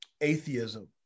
atheism